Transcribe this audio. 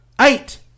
Eight